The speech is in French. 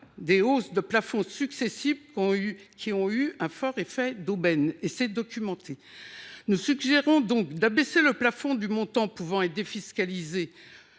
des hausses de plafond successives, qui ont eu un fort effet d’aubaine, comme cela est documenté. Nous suggérons donc d’abaisser à 2 000 euros le plafond du montant pouvant être défiscalisé